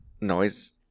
noise